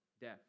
death